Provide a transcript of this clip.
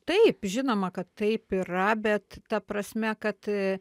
taip žinoma kad taip yra bet ta prasme kad